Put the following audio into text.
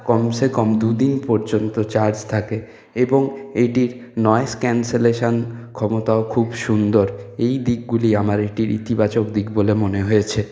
কমসে কম দুদিন পর্যন্ত চার্জ থাকে এবং এটির নয়েস ক্যানসেলেশন ক্ষমতাও খুব সুন্দর এই দিকগুলি আমার এটির ইতিবাচক দিক বলে মনে হয়েছে